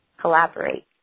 collaborate